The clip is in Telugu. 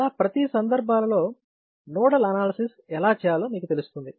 ఇలా ప్రతి సందర్భాలలో నోడల్ అనాలసిస్ ఎలా చేయాలో మీకు తెలుస్తుంది